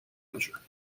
measure